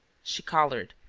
she coloured,